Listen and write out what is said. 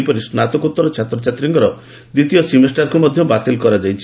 ସେହିପରି ସ୍ନାତକୋତର ଛାତ୍ରଛାତ୍ରୀଙ୍କର ଦିୃତୀୟ ସେମିଷ୍ଟାରକୁ ମଧ୍ୟ ବାତିଲ୍ କରାଯାଇଛି